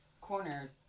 corner